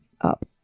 up